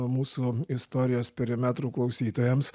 mūsų istorijos perimetrų klausytojams